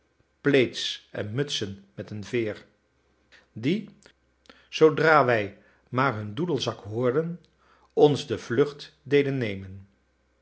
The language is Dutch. plaids en mutsen met een veer die zoodra wij maar hun doedelzak hoorden ons de vlucht deden nemen